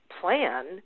plan